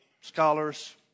scholars